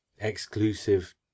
exclusive